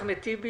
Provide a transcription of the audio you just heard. אחמד טיבי,